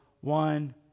one